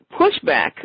pushback